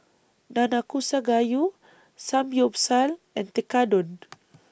Nanakusa Gayu Samgyeopsal and Tekkadon